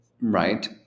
Right